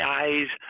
eyes